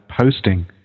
posting